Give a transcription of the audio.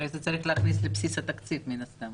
-- היית צריך להכניס לבסיס התקציב מן הסתם.